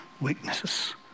weaknesses